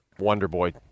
Wonderboy